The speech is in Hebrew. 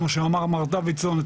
כמו שאמר מר דוידסון,